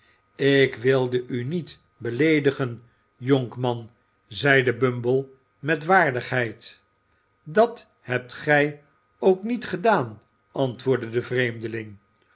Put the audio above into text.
ik wilde u niet be'eedigen jonkman zeide bumble met waardigheid dat hebt gij ook niet gedaan antwoordde de vreemde